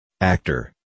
Actor